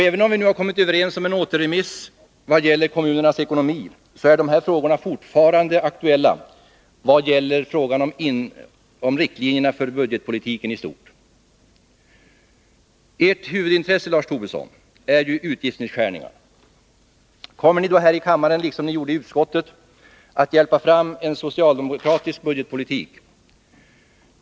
Även om vi nu har kommit överens om en återremiss vad gäller kommunernas ekonomi, så är de här frågorna fortfarande aktuella vad gäller riktlinjerna för budgetpolitiken i stort. Ert huvudintresse, Lars Tobisson, är ju utgiftsnedskärningar. Kommer ni här i kammaren, liksom ni gjorde i utskottet, att hjälpa fram en socialdemokratisk budgetpolitik?